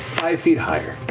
five feet higher.